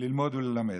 ללמוד וללמד.